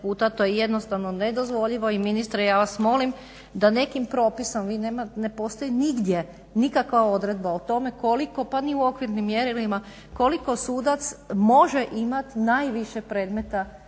to je jednostavno nedozvoljivo i ministre ja vas molim da nekim propisom, ne postoji nigdje nikakva odredba o tome koliko pa ni u okvirnim mjerilima koliko sudac može imati najviše predmeta